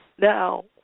Now